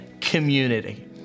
community